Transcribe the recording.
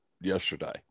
yesterday